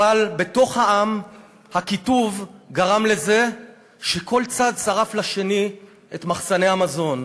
אבל הקיטוב בתוך העם גרם לזה שכל צד שרף לשני את מחסני המזון,